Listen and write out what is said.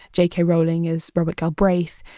j k. rowling as robert galbraith.